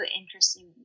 interesting